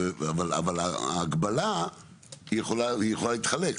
אבל ההגבלה היא יכולה להתחלק,